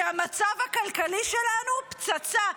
כי המצב הכלכלי שלנו פצצה,